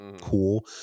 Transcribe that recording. cool